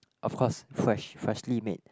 of course fresh freshly made